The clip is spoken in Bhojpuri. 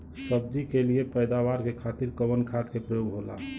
सब्जी के लिए पैदावार के खातिर कवन खाद के प्रयोग होला?